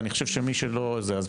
ואני חושב שמי שלא, זה.